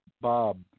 Bob